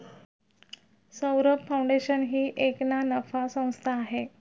Saurabh foundation ही एक ना नफा संस्था आहे